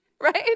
right